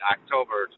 October